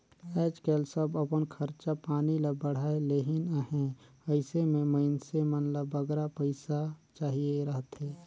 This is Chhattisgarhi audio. आएज काएल सब अपन खरचा पानी ल बढ़ाए लेहिन अहें अइसे में मइनसे मन ल बगरा पइसा चाहिए रहथे